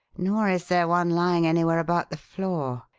nor is there one lying anywhere about the floor.